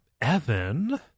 Evan